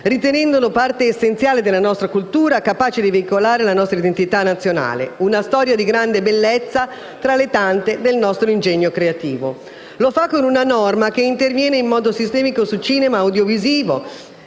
ritenendolo parte essenziale della nostra cultura, capace di veicolare la nostra identità nazionale. Una storia di grande bellezza tra le tante del nostro ingegno creativo. Lo fa con una norma che interviene in modo sistemico sul cinema e sull'audiovisivo,